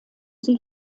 sie